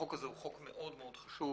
החוק הזה הוא חוק מאוד מאוד חשוב.